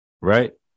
right